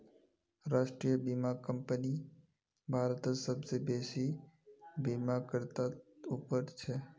राष्ट्रीय बीमा कंपनी भारतत सबसे बेसि बीमाकर्तात उपर छ